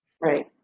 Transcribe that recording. right